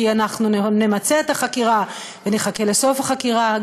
כי אנחנו נמצה את החקירה ונחכה לסוף החקירה,